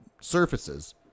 surfaces